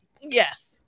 Yes